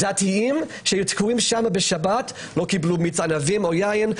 דתיים שתקועים שם בשבת לא קיבלו מיץ ענבים או יין,